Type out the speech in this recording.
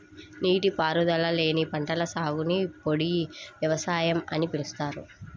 నీటిపారుదల లేని పంటల సాగుని పొడి వ్యవసాయం అని పిలుస్తారు